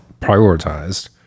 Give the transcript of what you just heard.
prioritized